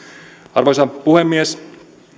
arvoisa puhemies